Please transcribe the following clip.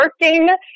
working